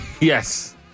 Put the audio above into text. Yes